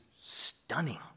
stunning